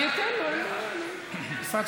אתה דופק